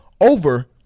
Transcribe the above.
over